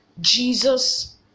Jesus